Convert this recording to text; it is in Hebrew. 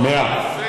כל הכבוד.